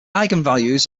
eigenvalues